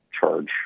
charge